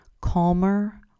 Calmer